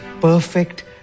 perfect